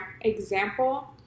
example